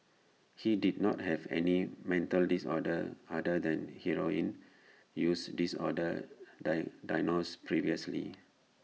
he did not have any mental disorder other than heroin use disorder dye diagnosed previously